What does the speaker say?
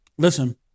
Listen